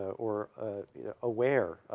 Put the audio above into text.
or aware,